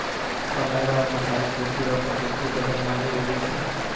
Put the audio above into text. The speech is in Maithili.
समय रो अनुसार खेती रो पद्धति बदलना जरुरी छै